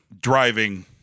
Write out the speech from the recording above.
driving